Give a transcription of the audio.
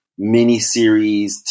miniseries